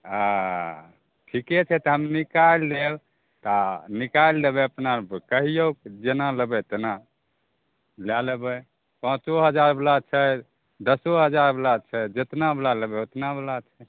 हँ ठीक्के छै तब हम निकालि लेब तऽ निकालि लेबै अपना कहियो जेना लेबै तेना लै लेबै पाँचो हजार बला छै दसो हजार बला छै जेतना बला लबै ओतना बला छै